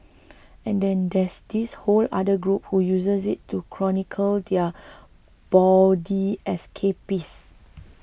and then there's this whole other group who uses it to chronicle their bawdy escapades